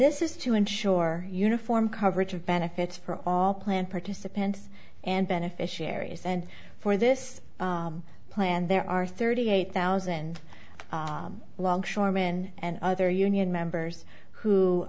this is to ensure uniform coverage of benefits for all plan participants and beneficiaries and for this plan there are thirty eight thousand longshoremen and other union members who